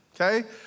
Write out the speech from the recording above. okay